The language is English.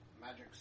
magic